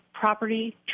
property